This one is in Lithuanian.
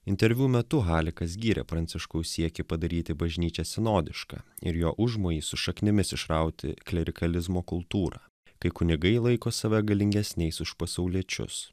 interviu metu halikas gyrė pranciškaus siekį padaryti bažnyčią sinodiška ir jo užmojį su šaknimis išrauti klerikalizmo kultūrą kai kunigai laiko save galingesniais už pasauliečius